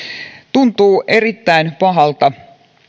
tuntuu erittäin pahalta